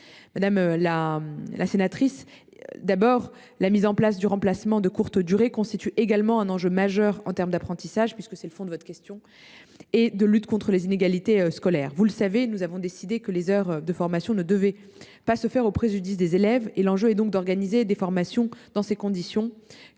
Madame la sénatrice, la mise en place du dispositif de remplacement de courte durée constitue également un enjeu majeur pour ce qui est des apprentissages – c’est le fond de votre question – et de la lutte contre les inégalités scolaires. Puisque nous avons décidé que les heures de formation ne devaient pas se faire au préjudice des élèves, l’enjeu est d’organiser les formations dans des conditions